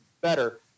better